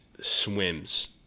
swims